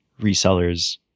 resellers